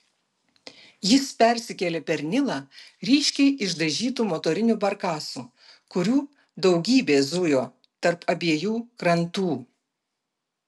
jis persikėlė per nilą ryškiai išdažytu motoriniu barkasu kurių daugybė zujo tarp abiejų krantų